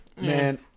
Man